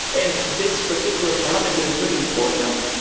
and this particular parameter is very important,